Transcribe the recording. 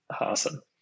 Awesome